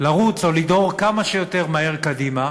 לרוץ או לדהור כמה שיותר מהר קדימה